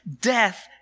Death